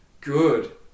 good